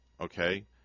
Okay